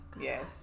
Yes